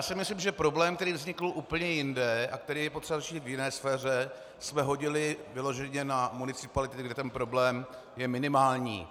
Myslím si, že problém, který vznikl úplně jinde a který je potřeba řešit v jiné sféře, jsme hodili vyloženě na municipality, kde ten problém je minimální.